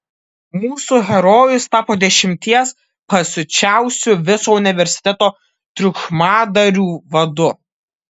mūsų herojus tapo dešimties pasiučiausių viso universiteto triukšmadarių vadu